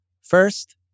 First